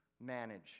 manage